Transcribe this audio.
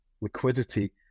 liquidity